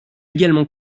également